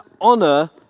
honor